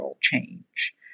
change